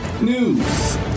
news